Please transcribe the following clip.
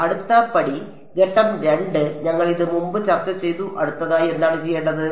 അടുത്ത പടി ഘട്ടം 2 ഞങ്ങൾ ഇത് മുമ്പ് ചർച്ച ചെയ്തു അടുത്തതായി എന്താണ് ചെയ്യേണ്ടത്